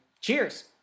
Cheers